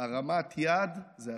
הרמת יד זה אסור,